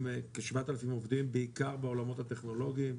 עובדים בעיקר בעולמות הטכנולוגיים,